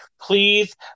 Please